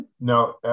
No